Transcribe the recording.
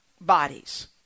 bodies